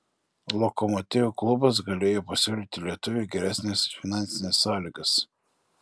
lokomotiv klubas galėjo pasiūlyti lietuviui geresnes finansines sąlygas